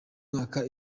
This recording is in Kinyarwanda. mwaka